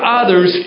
others